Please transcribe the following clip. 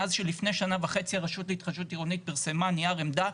מאז שלפני שנה וחצי הרשות להתחדשות עירונית פרסמה נייר עמדה,